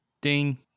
Ding